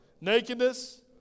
nakedness